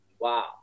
Wow